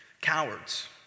cowards